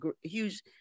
huge